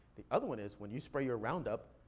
the other one is, when you spray your roundup,